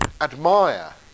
admire